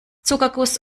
zuckerguss